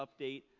update